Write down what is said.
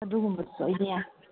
ꯑꯗꯨꯒꯨꯝꯕꯗꯨꯁꯨ ꯑꯩꯗꯤ ꯌꯥꯝ